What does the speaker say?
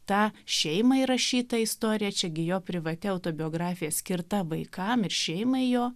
tą šeimą įrašytą istoriją čia gi jo privati autobiografija skirta vaikam ir šeimai jo